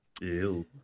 Ew